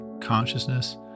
consciousness